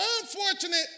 unfortunate